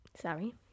Sorry